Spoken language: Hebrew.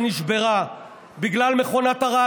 שנשברה בגלל מכונת הרעל.